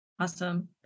Awesome